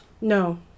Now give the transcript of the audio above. No